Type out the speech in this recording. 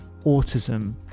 autism